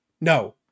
No